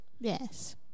Yes